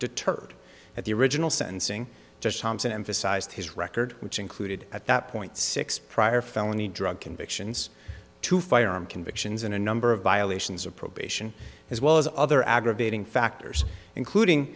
deterred at the original sentencing judge thompson emphasized his record which included at that point six prior felony drug convictions to firearm convictions and a number of violations of probation as well as other aggravating factors including